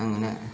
അങ്ങനെ